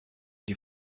die